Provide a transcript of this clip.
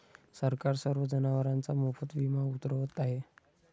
सरकार सर्व जनावरांचा मोफत विमा उतरवत आहे